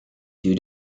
due